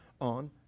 on